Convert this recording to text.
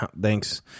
Thanks